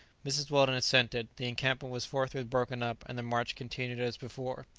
mrs. weldon assented the encampment was forthwith broken up and the march continued as before.